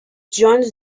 joins